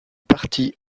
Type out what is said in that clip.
parties